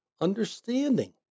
understanding